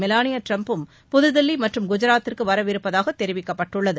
Melania ட்ரம்பும் புதில்லி மற்றும் குஜராத்திற்கு வரவிருப்பதாக தெரிவிக்கப்பட்டுள்ளது